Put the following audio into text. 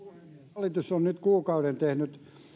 hallitus on nyt kuukauden tehnyt